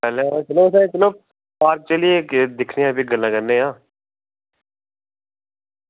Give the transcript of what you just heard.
ते चलो पार्क जाइयै दिक्खने आं ते गल्लां करने आं